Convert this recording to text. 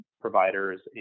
providers